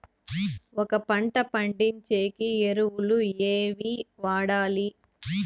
ఒక పంట పండించేకి ఎరువులు ఏవి వాడాలి?